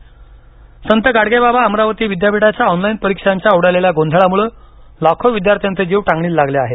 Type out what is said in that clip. अमरावती विद्यापीठ् संत गाडगेबाबा अमरावती विद्यापीठाच्या ऑनलाईन परीक्षांच्या उडालेल्या गोंधळामुळे लाखो विद्यार्थ्यांचे जीव टांगणीला लागेल आहेत